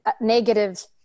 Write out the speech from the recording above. negative